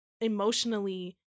emotionally